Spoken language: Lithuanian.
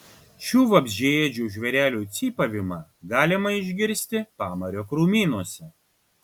šių vabzdžiaėdžių žvėrelių cypavimą galima išgirsti pamario krūmynuose